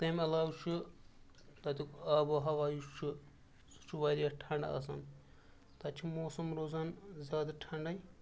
تَمہِ علاوٕ چھُ تَتیُک آب و ہوا یُس چھُ سُہ چھُ واریاہ ٹھَنڈٕ آسان تَتہِ چھِ موسم روزان زیادٕ ٹھَنڈَے